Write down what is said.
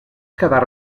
quedar